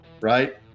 right